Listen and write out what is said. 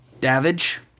Davidge